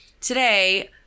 today